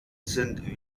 sind